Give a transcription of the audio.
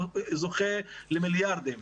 זוכה למיליארדים,